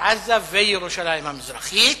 רצועת-עזה וירושלים המזרחית,